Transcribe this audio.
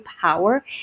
power